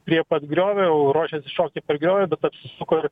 prie pat griovio jau ruošėsi šokti per griovį bet apsisuko ir